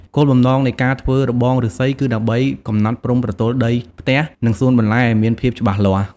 គោលបំណងនៃការធ្វើរបងឬស្សីគឺដើម្បីកំណត់ព្រំប្រទល់ដីផ្ទះ និងសួនបន្លែឱ្យមានភាពច្បាស់លាស់។